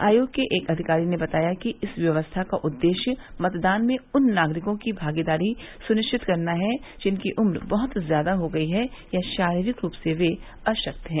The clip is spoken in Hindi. आयोग के एक अधिकारी ने बताया कि इस व्यवस्था का उददेश्य मतदान में उन नागरिकों की भागीदारी सुनिश्चित करना है जिनकी उम्र बहुत ज़्यादा हो गई है या शारीरिक रूप से अशक्त हैं